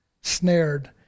snared